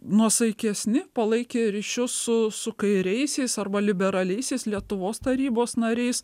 nuosaikesni palaikė ryšius su su kairiaisiais arba liberaliaisiais lietuvos tarybos nariais